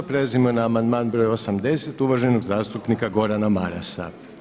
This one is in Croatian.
Prelazimo na amandman broj 80. uvaženog zastupnica Gordana Marasa.